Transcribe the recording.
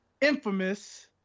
infamous